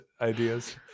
ideas